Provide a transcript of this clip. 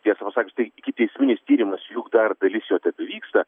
tiesą pasakius tai ikiteisminis tyrimas juk dar dalis jo tebevyksta